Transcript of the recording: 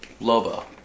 Lobo